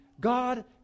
God